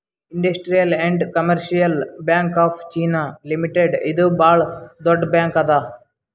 industrial and commercial bank of China limited ಇದು ಭಾಳ್ ದೊಡ್ಡ ಬ್ಯಾಂಕ್ ಅದಾ